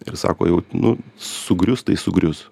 ir sako jau nu sugrius tai sugrius